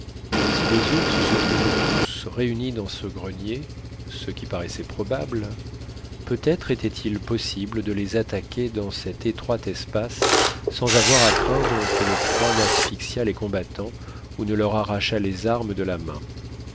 si les ours se trouvaient tous réunis dans ce grenier ce qui paraissait probable peut-être était-il possible de les attaquer dans cet étroit espace sans avoir à craindre que le froid n'asphyxiât les combattants ou ne leur arrachât les armes de la main